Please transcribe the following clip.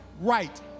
right